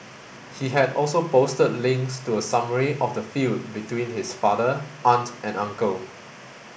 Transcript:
he had also posted links to a summary of the feud between his father aunt and uncle